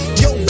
yo